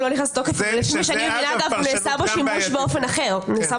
הוא לא נכנס לתוקף ונעשה בו שימוש באופן פסיקתי